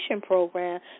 Program